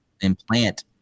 implant